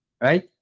right